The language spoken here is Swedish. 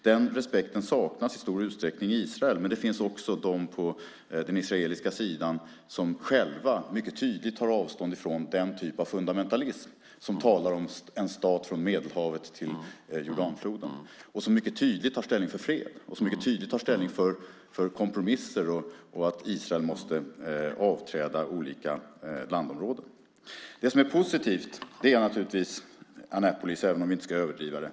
Den respekten saknas i stor utsträckning i Israel, men det finns också de på den israeliska sidan som själva mycket tydligt tar avstånd från den typ av fundamentalism som talar om en stat från Medelhavet till Jordanfloden. De tar i stället mycket tydligt ställning för fred och för kompromisser och för att Israel måste avträda olika landområden. Det som är positivt är naturligtvis Annapolis även om vi inte ska överdriva det.